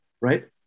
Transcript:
right